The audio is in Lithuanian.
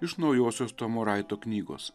iš naujosios tomo raito knygos